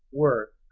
were,